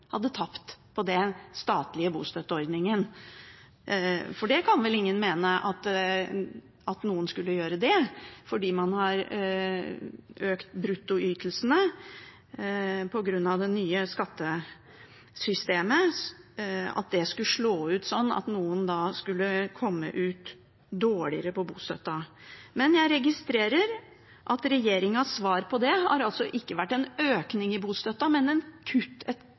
hadde tapt på den statlige bostøtteordningen. For ingen kan vel mene at noen skulle gjøre det, fordi man har økt bruttoytelsene på grunn av det nye skattesystemet – at det skulle slå ut sånn at noen skulle komme dårligere ut med bostøtten. Men jeg registrerer at regjeringens svar på det ikke har vært en økning i bostøtten, men et kraftig kutt: